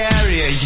area